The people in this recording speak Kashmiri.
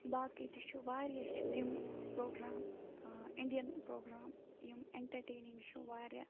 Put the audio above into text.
باقٕے تہِ چھُ وارِیاہ چھِ تِم پرٛوگرام اِنڈیَن پرٛوگرام یِم اٮ۪نٹَرٹینِنٛگ چھُ وارِیاہ